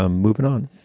ah moving on.